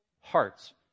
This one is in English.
hearts